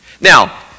Now